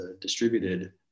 distributed